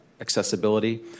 accessibility